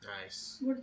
Nice